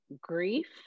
grief